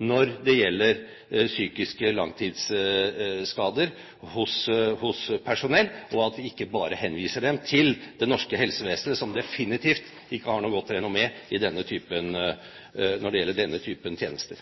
når det gjelder psykiske langtidsskader hos personell, og at vi ikke bare henviser dem til det norske helsevesenet, som definitivt ikke har noe godt renommé når det gjelder denne typen tjenester.